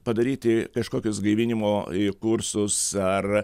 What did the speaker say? padaryti kažkokius gaivinimo kursus ar